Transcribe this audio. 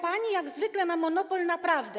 Pani jak zwykle ma monopol na prawdę.